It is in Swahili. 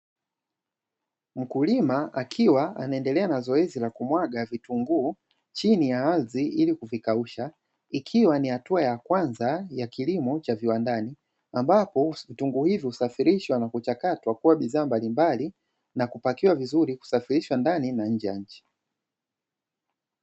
Mkulima akiwa anaendelea na zoezi la kumwaga vitunguu chini ya ardhi ili kuvikausha, ikiwa ni hatua ya kwanza ya kilimo cha viwandani ambapo vitunguu hivyo kusafirishwa na kuchakatwa kuwa bidhaa mbalimbali na kupakiwa vizuri kusafirishwa ndani na nje ya nchi.